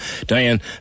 Diane